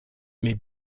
mais